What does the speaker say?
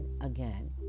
again